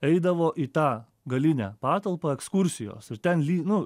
eidavo į tą galinę patalpą ekskursijos ir ten ly nu